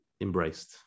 embraced